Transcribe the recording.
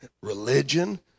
religion